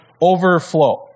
overflow